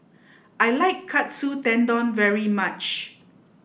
I like Katsu Tendon very much